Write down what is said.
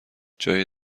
جای